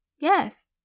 Yes